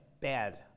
bad